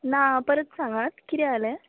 ना परत सांगात कितें जालें